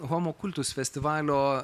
homo kultus festivalio